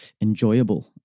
enjoyable